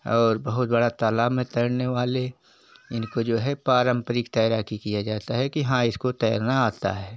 और बहुत बड़ा तालाब में तैरने वाले इनको जो है पारंपरिक तैराकी किया जाता है कि हाँ इसको तैरना आता है